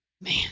Man